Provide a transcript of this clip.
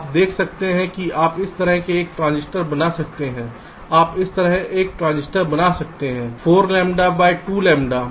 आप देख सकते हैं कि आप इस तरह से एक ट्रांजिस्टर बना सकते हैं आप इस तरह एक ट्रांजिस्टर बना सकते हैं 4 लैम्ब्डा बाय 2 लैम्ब्डा